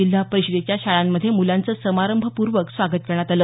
जिल्हा परिषदेच्या शाळांमध्ये मुलांचं समारंभपूर्वक स्वागत करण्यात आलं